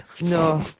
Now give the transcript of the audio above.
No